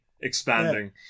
expanding